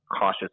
cautious